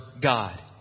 God